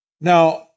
Now